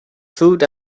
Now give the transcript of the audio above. food